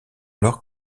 alors